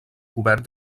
cobert